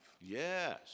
yes